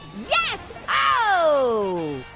yes! oh,